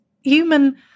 human